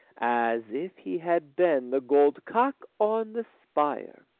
as if he had been the gold cock on the spire.